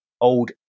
old